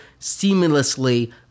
seamlessly